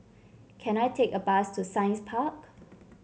can I take a bus to Science Park